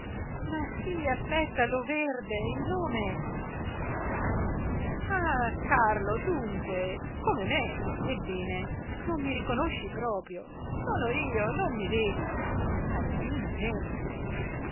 ma sì aspetta loverde il nome carlo ah carlo dunque come me ebbene non mi riconosci proprio sono io non mi vedi carlino bersi